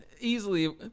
easily